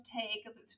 take